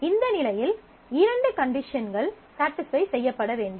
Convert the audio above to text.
இந்த நிலையில் இரண்டு கண்டிஷன்கள் ஸடிஸ்ஃபை செய்யப்பட வேண்டும்